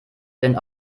denn